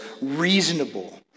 reasonable